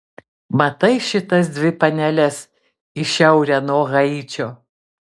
matai šitas dvi paneles į šiaurę nuo haičio